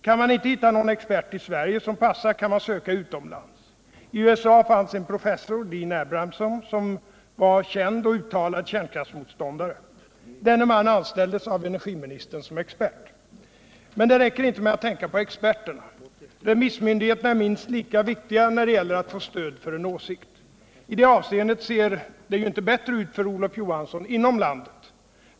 Kan man inte hitta någon expert i Sverige som passar kan man söka utomlands. I USA fanns en professor, Dean Abrahamson, som var en känd och uttalad kärnkraftsmotståndare. Denne man anställdes av energiministern som expert. Men det räcker inte med att tänka på experterna. Remissmyndigheterna är minst lika viktiga när det gäller att få stöd för en åsikt. I det avseendet ser det ju inte bättre ut för Olof Johanssson inom landet.